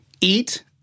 eat